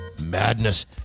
Madness